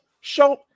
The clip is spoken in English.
show